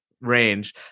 range